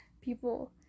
people